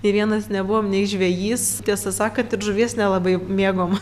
nė vienas nebuvom nei žvejys tiesą sakant ir žuvies nelabai mėgom